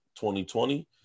2020